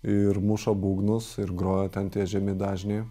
ir muša būgnus ir groja ten tie žemi dažniai